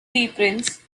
reprints